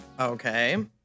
okay